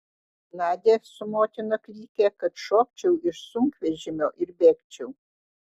nadia su motina klykė kad šokčiau iš sunkvežimio ir bėgčiau